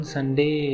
Sunday